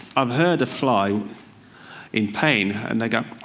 i've heard a fly in pain. and they go